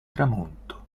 tramonto